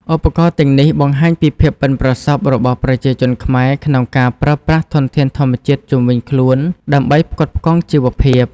ឧបករណ៍ទាំងនេះបង្ហាញពីភាពប៉ិនប្រសប់របស់ប្រជាជនខ្មែរក្នុងការប្រើប្រាស់ធនធានធម្មជាតិជុំវិញខ្លួនដើម្បីផ្គត់ផ្គង់ជីវភាព។